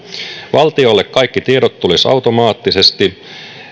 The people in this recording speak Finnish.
valtiolle kaikki tiedot tulisivat automaattisesti